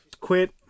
Quit